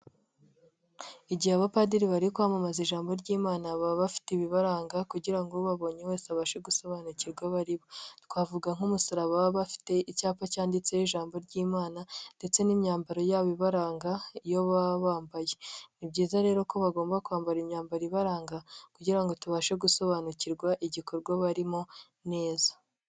Igihe Abapadiri bari kwamamaza ijambo ry'Imana baba bafite ibibaranga kugira ngo ubabonye wese abashe gusobanukirwa aba ari bo, twavuga nk'umusaraba baba bafite, icyapa cyanditseho ijambo ry'Imana ndetse n'imyambaro yabo ibaranga iyo baba bambaye; ni byiza rero ko bagomba kwambara imyambaro ibaranga kugira ngo tubashe gusobanukirwa igikorwa barimo neza.